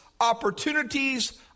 opportunities